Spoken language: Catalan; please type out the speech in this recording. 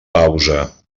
pausa